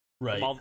Right